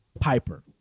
Piper